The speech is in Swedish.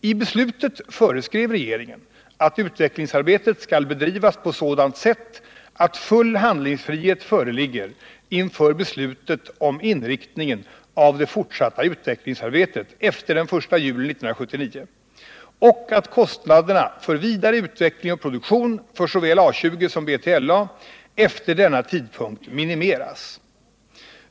I beslutet föreskrev regeringen att utvecklingsarbetet skall bedrivas på sådant sätt att full handlingsfrihet föreligger inför beslut om inriktningen av det fortsatta utvecklingsarbetet efter den 1 juli 1979 och att kostnaderna för vidare utveckling och produktion för såväl A 20 som B3LA efter denna tidpunkt minimeras.